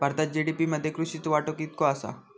भारतात जी.डी.पी मध्ये कृषीचो वाटो कितको आसा?